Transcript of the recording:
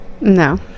No